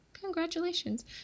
Congratulations